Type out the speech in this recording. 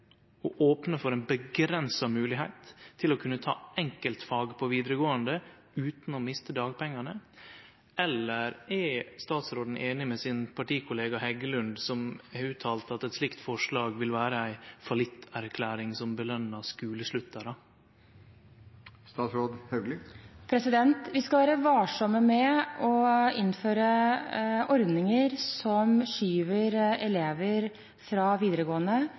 å opne for ei avgrensa moglegheit til å kunne ta enkeltfag på vidaregåande utan at ein mistar dagpengane? Eller er statsråden einig med sin partikollega Heggelund, som har uttalt at eit slikt forslag vil vere ei «fallitterklæring» og å «belønne skolesluttere»? Vi skal være varsomme med å innføre ordninger som skyver